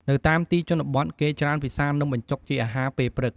នៅតាមទីជនបទគេច្រើនពិសានំបញ្ចុកជាអាហារពេលព្រឹក។